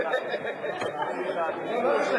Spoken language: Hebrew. לא חשוב,